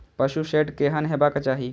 पशु शेड केहन हेबाक चाही?